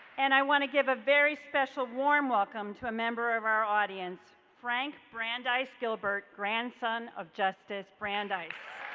and i want to give a very special warm welcome to a member of our audience, frank brandeis gilbert grandson of justice brandeis.